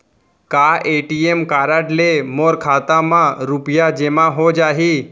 का ATM card ले मोर खाता म रुपिया जेमा हो जाही?